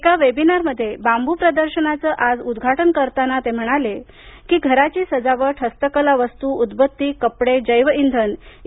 एका वेबिनारमध्ये बांबू प्रदर्शनाचं आज उद्घाटन करताना ते म्हणाले की घराची सजावट हस्तकला वस्तू उदबत्ती कपडे जैव इंधन इ